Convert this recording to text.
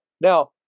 Now